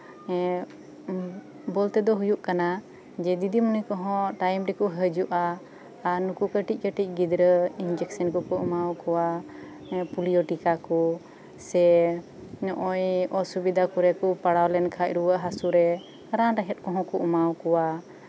ᱮᱸᱜ ᱵᱚᱞᱛᱮ ᱫᱚ ᱦᱩᱭᱩᱜ ᱠᱟᱱᱟ ᱡᱮ ᱫᱤᱫᱤᱢᱩᱱᱤ ᱠᱚᱦᱚᱸ ᱴᱟᱭᱤᱢ ᱨᱮᱠᱚ ᱦᱤᱡᱩᱜᱼᱟ ᱟᱨ ᱱᱩᱠᱩ ᱠᱟᱴᱤᱡᱼᱠᱟᱴᱤᱡ ᱜᱤᱫᱽᱨᱟᱹ ᱤᱧᱡᱮᱠᱥᱮᱱ ᱠᱚᱠᱚ ᱮᱢᱟᱣᱟᱠᱚᱣᱟ ᱥᱮ ᱯᱳᱞᱤᱭᱳ ᱴᱤᱠᱟ ᱠᱚ ᱟᱨ ᱱᱚᱜᱼᱚᱭ ᱚᱥᱩᱵᱤᱫᱟ ᱠᱚᱨᱮ ᱠᱚ ᱯᱟᱲᱟᱣ ᱞᱮᱱ ᱠᱷᱟᱡ ᱨᱩᱣᱟᱹᱜ ᱦᱟᱥᱩᱜ ᱨᱮ ᱨᱟᱱ ᱨᱮᱦᱮᱫ ᱠᱚ ᱮᱢᱟᱣᱟᱠᱚᱣᱟ